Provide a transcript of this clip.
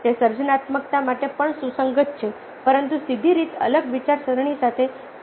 તે સર્જનાત્મકતા માટે પણ સુસંગત છે પરંતુ સીધી રીતે અલગ વિચારસરણી સાથે સરખાવી શકાય તેવું નથી